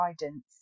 guidance